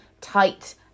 tight